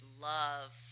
love